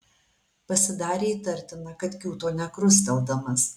pasidarė įtartina kad kiūto nekrusteldamas